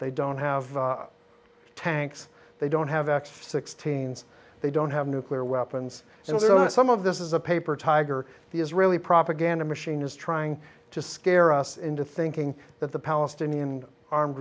they don't have tanks they don't have x sixteen's they don't have nuclear weapons and there are some of this is a paper tiger the israeli propaganda machine is trying to scare us into thinking that the palestinian armed